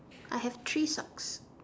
I have three socks